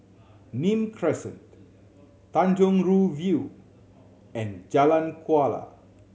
Nim Crescent Tanjong Rhu View and Jalan Kuala